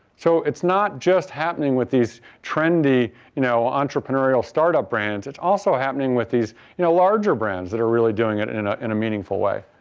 so, it's not just happening with these trendy you know entrepreneurial start-up brands it's also happening with these you know larger brands that are really doing it in ah in a meaningful way.